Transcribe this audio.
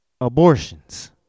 abortions